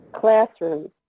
classrooms